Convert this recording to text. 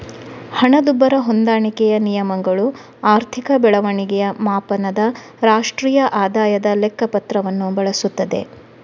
ಹಣದುಬ್ಬರ ಹೊಂದಾಣಿಕೆಯ ನಿಯಮಗಳು ಆರ್ಥಿಕ ಬೆಳವಣಿಗೆಯ ಮಾಪನದ ರಾಷ್ಟ್ರೀಯ ಆದಾಯದ ಲೆಕ್ಕ ಪತ್ರವನ್ನು ಬಳಸುತ್ತದೆ